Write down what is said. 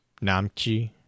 Namchi